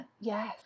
Yes